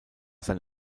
sein